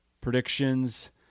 predictions